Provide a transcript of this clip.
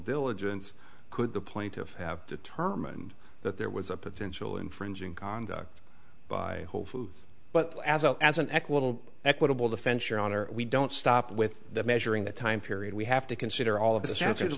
diligence could the plaintiff have determined that there was a potential infringing conduct by whole foods but as a as an equitable equitable defense your honor we don't stop with that measuring the time period we have to consider all of th